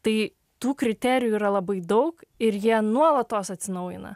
tai tų kriterijų yra labai daug ir jie nuolatos atsinaujina